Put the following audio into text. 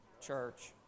church